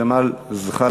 חבר הכנסת ג'מאל זחאלקה,